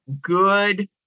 good